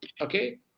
Okay